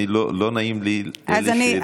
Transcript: לא נעים לי מאלה שדוברים אחרייך.